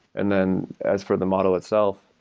and then as for the model itself,